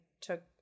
took